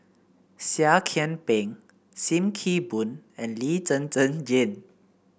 Seah Kian Peng Sim Kee Boon and Lee Zhen Zhen Jane